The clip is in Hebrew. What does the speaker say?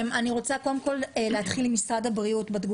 אני רוצה להתחיל קודם בתגובת משרד הבריאות.